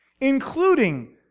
Including